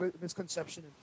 misconception